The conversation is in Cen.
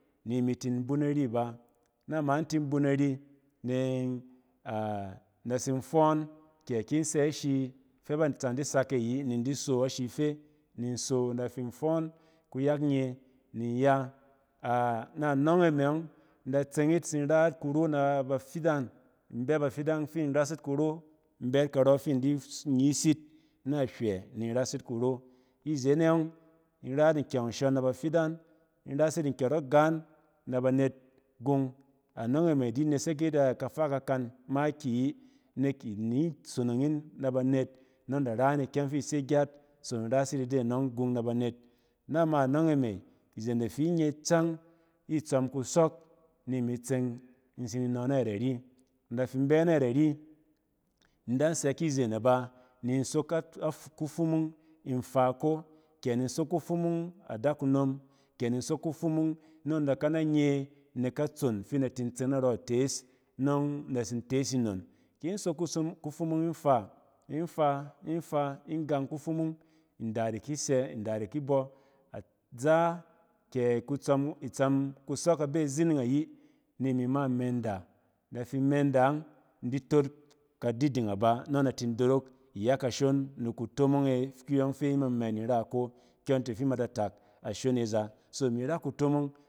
Ni imi tin bun nari ba, na ma tin bun nari nɛ-a in da tsin fↄↄn, kɛ ki in sɛ ashi fɛ ban tsan di sak ayi ni in di so, ashi fe. Ni in so in da fin fↄↄn, kuyɛk nye ni nya. A-nɛnↄng e me ↄng in da tseng yit tsin rayit kuro na bafidang. In bɛ bafidang fiin ras yit kuro. In bɛ yit karↄ ti in di nyiis yit nahywɛ ni in ras yit kuro. Ni zen e ↄng, in ra yit nkyɛng ashↄn na bafidang, in ras yit nkyↄrↄk gaan na net gung. Anↄng e me di nesek yit kafa kakan makiyi. Nek ini sonong yin na banet nↄng da ran ikyɛng fi ise gyat, sonong rasyin ide nↄng gung nabanet. Nama nↄng e me izen da fi nye cang ni tsↄm kusↄk ni imi tseng ni in nↄ na yɛt ari, in da fi in bɛ nayɛt ari ni indan sɛ kizen e ba ni in sok ka-i-kufumung ni in fa ko, kɛ ni in sok kufumung adakunom, kɛ ni in sok kufumung nↄng in da kananye nek katson fi in di tin tse narↄ itees nↄng in da tsin tees nnon. Kin sok kuso kufumung in faa, in faa, infaa, in yang kufumung inda da ki sɛ, nda da ki bↄ. Aza kɛ kutsↄm-itsↄm kusↄk abe azining ayi ni imi ma imenda, in da fin menda ↄng in di tot kadiding aba nↄng in da tin dorok iyɛkashon ni kutomong e kuyↄng fi ima mɛ ni in ra ko kyↄn ti fi ima da tak ashon e za. So imi ra kutomong.